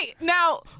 now